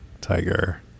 Tiger